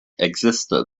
existed